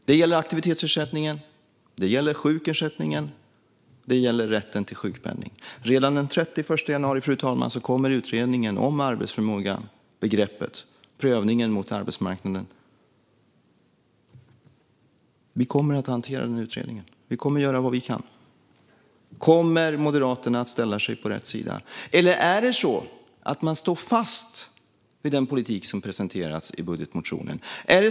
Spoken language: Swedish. Det gäller aktivitetsersättningen, sjukersättningen och rätten till sjukpenning. Redan den 31 januari kommer, fru talman, utredningen om begreppet arbetsförmåga och prövningen mot arbetsmarknaden. Vi kommer att hantera utredningen och göra vad vi kan. Kommer Moderaterna att ställa sig på rätt sida? Eller står man fast vid den politik som presenteras i budgetmotionen?